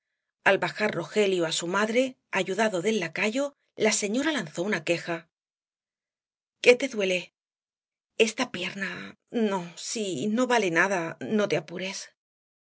al bajar rogelio á su madre ayudado del lacayo la señora lanzó una queja qué te duele esta pierna no si no vale nada no te apures